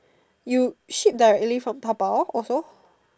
you ship the leaf from Taobao also